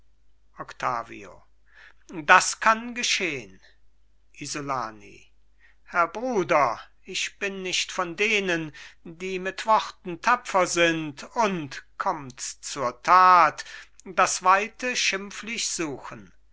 octavio das kann geschehn isolani herr bruder ich bin nicht von denen die mit worten tapfer sind und kommts zur tat das weite schimpflich suchen